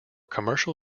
commercial